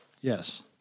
yes